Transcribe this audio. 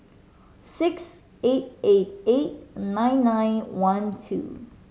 six eight eight eight nine nine one two